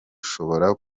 gishobora